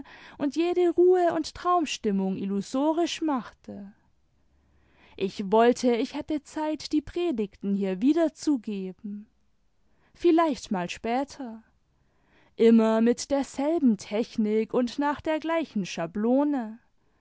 und jede ruhe und traumstimmung illusorisch machte ich wollte ich hätte zeit die predigten hier wiederzugeben vielleicht mal später immer mit derselben technik wad nach der gleichen schablone